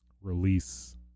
release